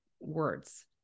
words